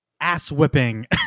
ass-whipping